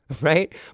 right